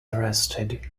arrested